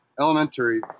elementary